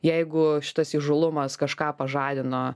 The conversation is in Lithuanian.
jeigu šitas įžūlumas kažką pažadino